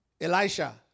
Elisha